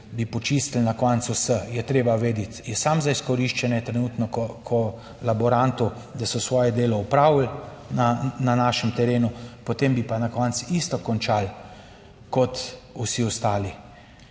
bi počistili na koncu vse. Je treba vedeti, je samo za izkoriščanje trenutno kolaborantov, da so svoje delo opravili. Na našem terenu, potem bi pa na koncu isto končali kot vsi ostali.